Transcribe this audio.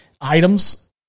items